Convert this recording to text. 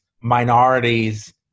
minorities